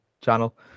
channel